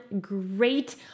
great